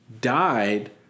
died